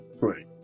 Right